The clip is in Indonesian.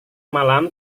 malam